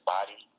Body